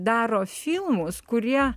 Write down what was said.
daro filmus kurie